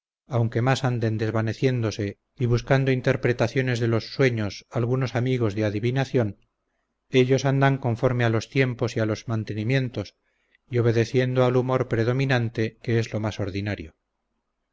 aunque más anden desvaneciéndose y buscando interpretaciones de los sueños algunos amigos de adivinación ellos andan conforme a los tiempos y a los mantenimientos y obedeciendo al humor predominante que es lo más ordinario